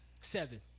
Seven